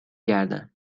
گردن